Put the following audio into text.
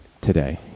Today